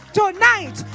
tonight